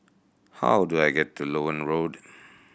how do I get to Loewen Road